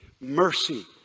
mercy